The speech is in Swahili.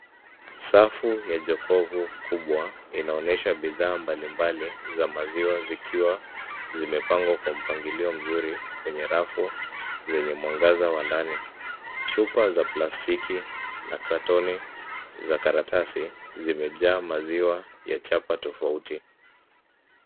Safu ya jokofu kubwa inaonyesha bidhaa mbalimbali za maziwa zikiwa zimepangwa kwa mpangilio mzuri, kwenye rafu zenye mwangaza wa ndani. Chupa za plastiki na katoni za karatasi zimejaa maziwa ya chapa tofauti.